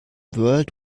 world